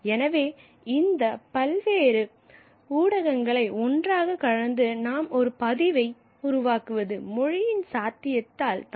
எனவே இந்த பல்வேறு ஊடகங்களை ஒன்றாக கலந்து நாம் ஒரு பதிவை உருவாக்குவது மொழியின் சாதியத்தால் தான்